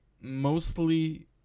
mostly